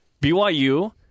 BYU